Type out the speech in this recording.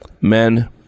Men